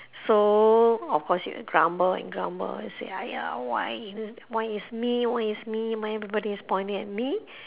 so of course you grumble and grumble and say !aiya! why is why is me why is me why everybody is pointing at me